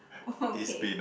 !woah! okay